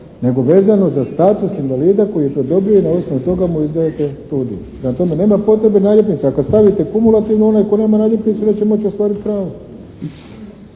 nego vezano za status invalida koji je to dobio i na osnovu toga mu izdajete to dio. Prema tome, nema potrebe naljepnica, a kad stavite kumulativno onaj tko nema naljepnicu neće moći ostvariti pravo.